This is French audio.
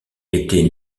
était